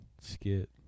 Skit